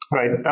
right